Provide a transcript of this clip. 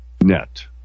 net